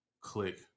click